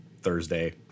Thursday